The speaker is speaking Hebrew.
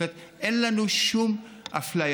זאת אומרת, אין לנו שום אפליה.